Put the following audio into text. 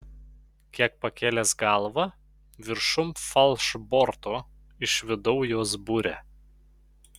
kiek pakėlęs galvą viršum falšborto išvydau jos burę